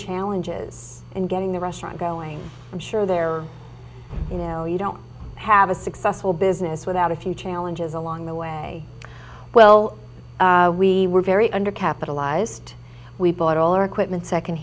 challenges in getting the restaurant going i'm sure there are you know you don't have a successful business without a few challenges along the way well we were very under capitalized we bought all equipment second